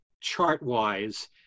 chart-wise